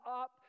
up